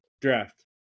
Draft